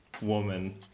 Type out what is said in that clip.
woman